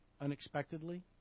unexpectedly